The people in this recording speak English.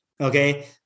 Okay